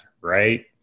right